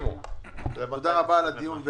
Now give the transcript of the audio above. תודה רבה על הדיון.